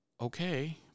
okay